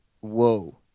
Whoa